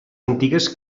antigues